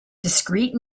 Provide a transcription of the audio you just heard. discrete